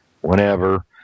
whenever